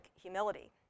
humility